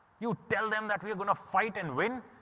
you tell them that we're gonna fight and win,